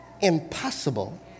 Impossible